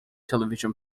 television